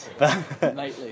Nightly